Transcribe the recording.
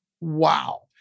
Wow